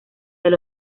del